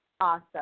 Awesome